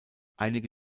einige